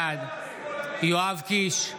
בעד יואב קיש,